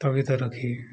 ସ୍ଥଗିତ ରଖି